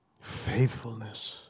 faithfulness